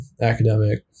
academic